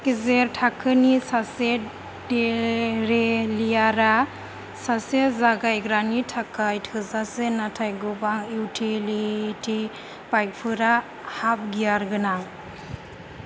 गेजेर थाखोनि सासे देरेलियारा सासे जागायग्रानि थाखाय थोजासे नाथाय गोबां इउटिलिटि बाइकफोरा हाब गियार गोनां